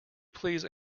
please